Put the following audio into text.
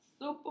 super